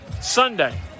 Sunday